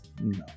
no